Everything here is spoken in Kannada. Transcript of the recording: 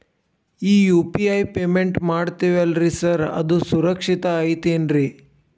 ಈ ಯು.ಪಿ.ಐ ಪೇಮೆಂಟ್ ಮಾಡ್ತೇವಿ ಅಲ್ರಿ ಸಾರ್ ಅದು ಸುರಕ್ಷಿತ್ ಐತ್ ಏನ್ರಿ?